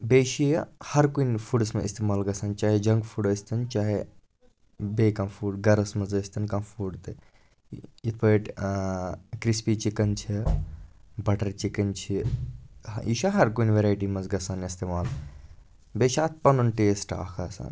بیٚیہِ چھِ یہِ ہر کُنہِ فُڈَس منٛز اِستعمال گژھان چاہے جنٛک فُڈ ٲسۍتَن چاہے بیٚیہِ کانٛہہ فُڈ گَرَس منٛز ٲسۍتَن کانٛہہ فُڈ تہٕ یِتھٕ پٲٹھۍ کِرٛسپی چِکَن چھِ بَٹَر چِکَن چھِ یہِ چھِ ہَر کُنہِ ویرایٹی منٛز گژھان اِستعمال بیٚیہِ چھِ اَتھ پَنُن ٹیٚسٹہٕ اَکھ آسان